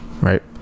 right